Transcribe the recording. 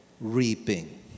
reaping